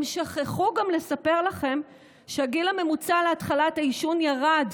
הם שכחו גם לספר לכם שהגיל הממוצע להתחלת העישון ירד,